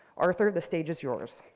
arthur, the stage is yours.